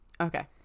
okay